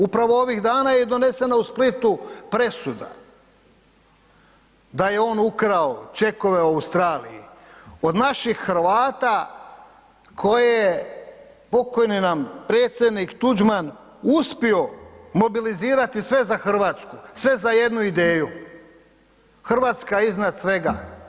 Upravo ovih dana je donesena u Splitu presuda da je on ukrao čekove u Australiji od naših Hrvata koje pokojni nam Predsjednik Tuđman uspio mobilizirati sve za Hrvatsku, sve za jednu ideju, Hrvatska iznad svega.